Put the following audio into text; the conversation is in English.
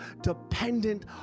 dependent